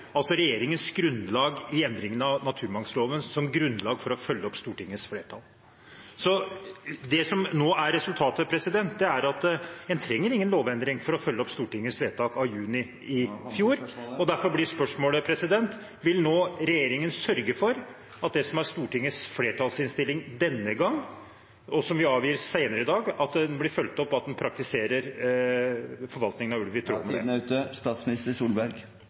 regjeringens endringer av naturmangfoldloven som grunnlag for å følge opp Stortingets flertall. Det som nå er resultatet, er at en trenger ingen lovendring for å følge opp Stortingets vedtak av juni … Representanten må komme til spørsmålet. …i fjor, og derfor blir spørsmålet: Vil regjeringen sørge for at det som er Stortingets flertallsinnstilling denne gang, og som vi avgir senere i dag, blir fulgt opp, og at en praktiserer forvaltningen av ulv i tråd med den? Tiden er ute.